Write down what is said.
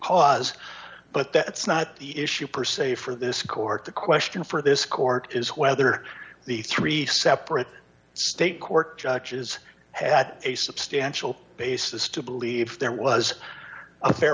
cause but that's not the issue per se for this court the question for this court is whether the three separate state court judges had a substantial basis to believe there was a fair